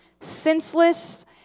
senseless